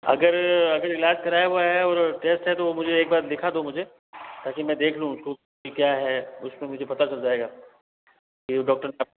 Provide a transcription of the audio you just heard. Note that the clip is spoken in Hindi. अगर अगर इलाज कराया हुआ है और टेस्ट है तो मुझे एक बार दिखा दो मुझे ताकि मैं देख लूँ उसको कि क्या है उसमें मुझे पता चल जाएगा कि